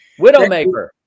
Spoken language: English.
Widowmaker